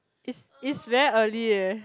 is is very early eh